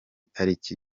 taliki